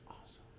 awesome